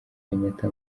kenyatta